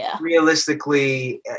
realistically